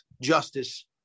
justice